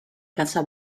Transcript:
casa